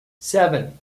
seven